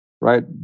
right